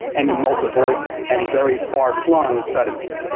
and in multiple and very far flung studies.